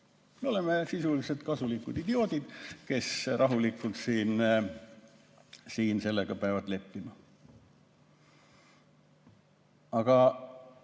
Meie oleme sisuliselt kasulikud idioodid, kes rahulikult siin sellega peavad leppima. Aga